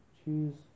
choose